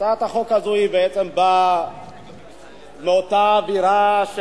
הצעת החוק הזו בעצם באה מאותה אווירה,